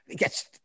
Yes